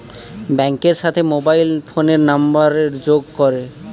ব্যাঙ্কের সাথে মোবাইল ফোনের নাম্বারের যোগ করে